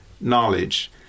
knowledge